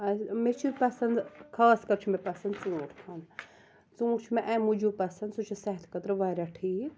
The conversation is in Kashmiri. مےٚ چھُ پَسنٛد خاص کر چھُ مےٚ پَسنٛد ژوٗنٹھ کھیٚون ژوٗنٹھ چھُ مےٚ امہِ موٗجوٗب پَسنٛد سُہ چھُ صحتہٕ خٲطرٕ واریاہ ٹھیٖک